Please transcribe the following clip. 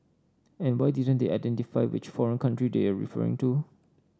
and why didn't they identify which foreign country they're referring to